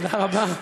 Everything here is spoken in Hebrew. תודה רבה.